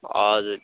हजुर